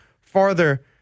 farther